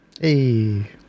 Hey